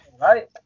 Right